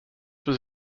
was